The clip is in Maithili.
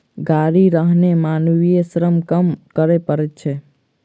गाड़ी रहने मानवीय श्रम कम करय पड़ैत छै